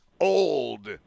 old